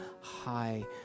high